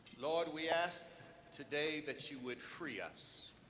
lord, we ask today that you would free us.